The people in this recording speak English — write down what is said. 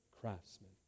craftsman